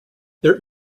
there